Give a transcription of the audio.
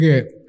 Okay